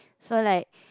so like